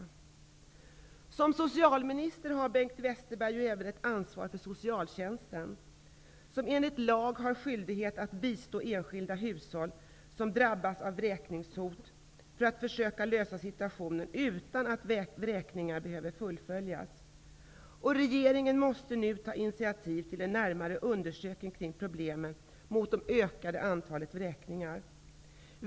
Som socialminister har Bengt Westerberg ju även ett ansvar för socialtjänsten. Den har enligt lag skyldighet att bistå enskilda hushåll som drabbas vräkningshot, för att försöka klara ut situationen utan att vräkningar behöver fullföljas. Regeringen måste nu ta initiativ till en närmare undersökning av problemet med det ökade antalet vräkningar.